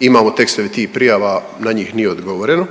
imamo tekstove tih prijava, na njih nije odgovoreno.